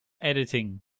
editing